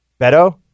Beto